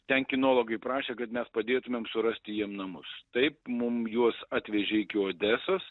ten kinologai prašė kad mes padėtumėm surasti jiem namus taip mum juos atvežė iki odesos